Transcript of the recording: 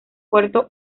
puerto